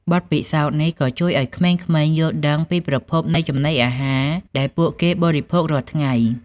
បទពិសោធន៍នេះក៏ជួយឱ្យក្មេងៗយល់ដឹងពីប្រភពនៃចំណីអាហារដែលពួកគេបរិភោគរាល់ថ្ងៃ។